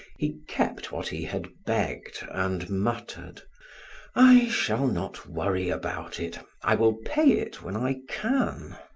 he kept what he had begged and muttered i shall not worry about it. i will pay it when i can.